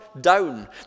down